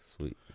sweet